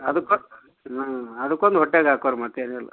ಅದಕ್ಕೂ ಹ್ಞೂ ಅದುಕೊಂದು ಹೊಟ್ಟೆಗಾಕೋರಿ ಮತ್ತೇನಿಲ್ಲ